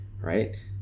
right